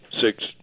six